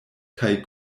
kaj